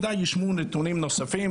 יישמעו נתונים נוספים,